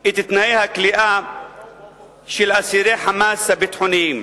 את תנאי הכליאה של אסירי "חמאס" הביטחוניים?